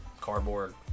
cardboard